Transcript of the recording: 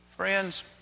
Friends